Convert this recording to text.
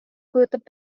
kujutab